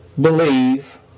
believe